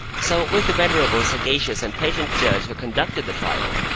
so with the venerable, sagacious, and patient judge who conducted the trial.